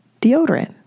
deodorant